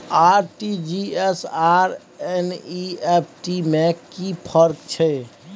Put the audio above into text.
RTG S आर NEFT में कि फर्क छै?